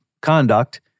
conduct